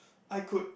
I could